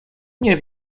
nie